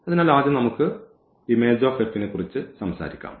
അതിനാൽ ആദ്യം നമുക്ക് നെക്കുറിച്ച് സംസാരിക്കാം